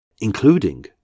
including